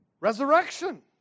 Resurrection